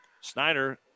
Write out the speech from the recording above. Snyder